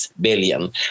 billion